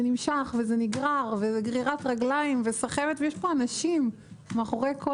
זה נסחב ויש פה סחבת יש פה אנשים מאחורי כל